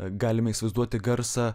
galime įsivaizduoti garsą